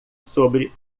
sobre